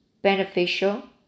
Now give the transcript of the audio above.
beneficial